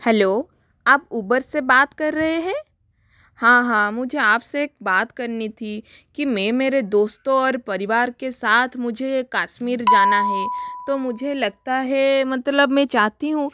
hello आप Uber से बात कर रहे हैं हाँ हाँ मुझे आपसे एक बात करनी थी कि मैं मेरे दोस्तों और परिवार के साथ मुझे कश्मीर जाना है तो मुझे लगता है मतलब मैं चाहती हूँ